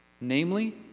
Namely